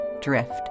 DRIFT